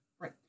right